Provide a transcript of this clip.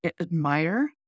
admire